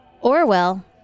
Orwell